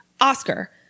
Oscar